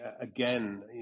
again